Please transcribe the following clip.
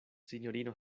sinjorino